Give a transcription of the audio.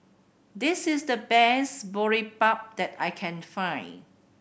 this is the best Boribap that I can find